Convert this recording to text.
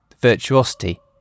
virtuosity